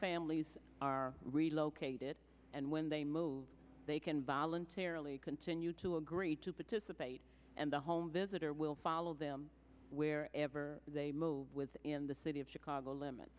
families are relocated and when they move they can voluntarily continue to agree to participate and the home visit or we'll follow them wherever they move within the city of chicago limit